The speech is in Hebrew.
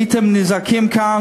הייתם נזעקים כאן,